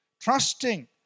Trusting